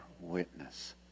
witness